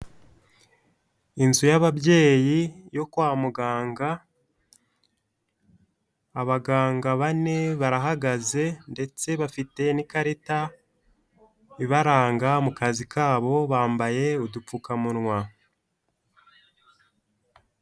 Inzu y'ababyeyi yo kwa muganga. Abaganga bane barahagaze ndetse bafite n'ikarita ibaranga mu kazi kabo, bambaye udupfukamunwa.